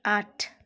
आठ